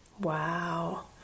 Wow